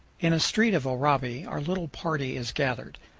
in a street of oraibi our little party is gathered.